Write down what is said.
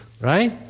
right